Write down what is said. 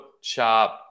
sharp